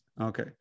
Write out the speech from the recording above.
okay